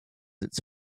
its